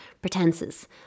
pretenses